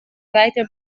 weiter